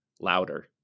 louder